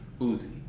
Uzi